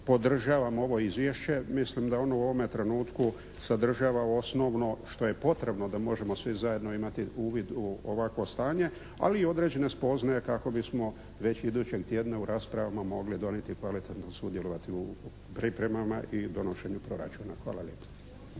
podržavam ovo Izvješće. Mislim da ono u ovome trenutku sadržava osnovno što je potrebno da možemo svi zajedno imati uvid u ovakvo stanje, ali i određene spoznaje kako bismo već idućeg tjedna u raspravama mogli donijeti, kvalitetno sudjelovati u pripremama i donošenju proračuna. Hvala lijepo.